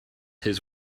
his